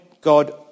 God